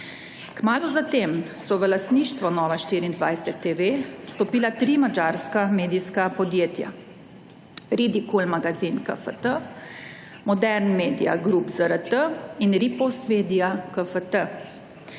Kmalu zatem so v lastništvo Nova24TV vstopila tri madžarska medijska podjetja: Ridikul Magazin KFT, Modern Media Group SRT in Ripost Media KFT.